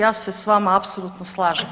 Ja se sa vama apsolutno slažem.